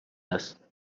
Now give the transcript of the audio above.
است